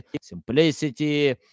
simplicity